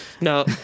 No